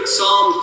Psalm